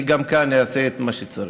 אני גם כאן אעשה את מה שצריך.